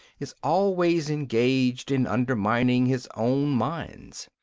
is always engaged in undermining his own mines.